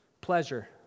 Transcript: pleasure